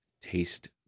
taste